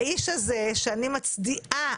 האיש הזה שאני מצדיעה,